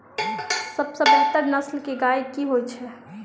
सबसँ बेहतर नस्ल केँ गाय केँ होइ छै?